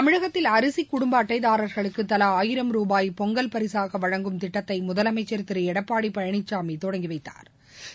தமிழகத்தில் அரிசி குடும்ப அட்டைதாரர்களுக்கு தலா ஆயிரம் ரூபாய் பொங்கல் பரிசாக வழங்கும் திட்டத்தை முதலமைச்சர் திரு எடப்பாடி பழனிசாமி தொடங்கி வைத்தாா்